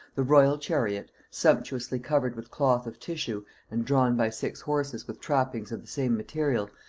the royal chariot, sumptuously covered with cloth of tissue and drawn by six horses with trappings of the same material,